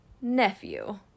nephew